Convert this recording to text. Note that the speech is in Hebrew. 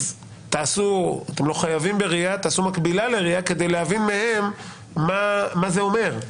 אז תעשו מקבילה ל-RIA כדי להבין מהם מה זה אומר.